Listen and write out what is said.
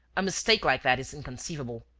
a mistake like that is inconceivable.